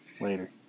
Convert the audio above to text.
Later